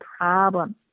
problem